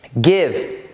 give